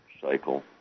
cycle